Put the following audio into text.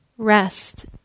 rest